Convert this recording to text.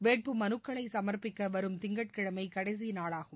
வேட்புமனுக்களை சமர்ப்பிக்க வரும் திங்கட்கிழமை கடைசி நாளாகும்